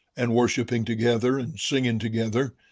and worshiping together, and singing together,